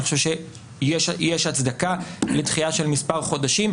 אני חושב שיש הצדקה לדחייה של מספר חודשים,